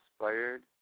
inspired